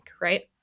right